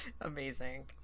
Amazing